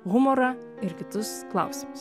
humorą ir kitus klausimus